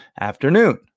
afternoon